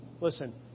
Listen